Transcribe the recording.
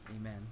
Amen